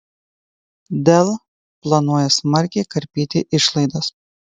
dell planuoja smarkiai karpyti išlaidas